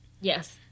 Yes